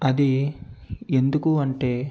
అది ఎందుకు అంటే